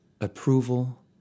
approval